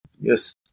Yes